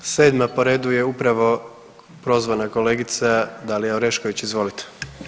7. po redu je upravo prozvana kolegica Dalija Orešković, izvolite.